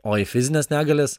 o į fizines negalias